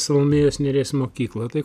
salomėjos nėries mokyklą tai